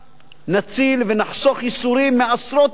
נציל ונחסוך ייסורים מעשרות אלפי